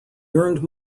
earned